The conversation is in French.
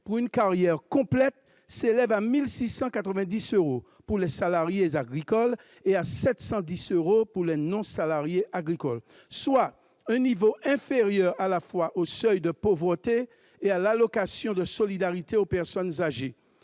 pour une carrière complète s'élèvent à 1 690 euros pour les salariés agricoles et à 710 euros pour les non-salariés agricoles, soit un niveau inférieur à la fois au seuil de pauvreté et à l'allocation de solidarité aux personnes âgées,